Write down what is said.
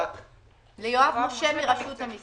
ליואב משה מרשות המיסים.